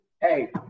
Hey